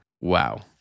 Wow